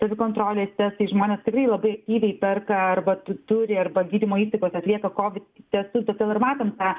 savikontrolės testai žmonės tikrai labai aktyviai perka arba tu turi arba gydymo įstaigos atlieka kovid testus todėl ir matom tą